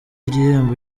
igihembo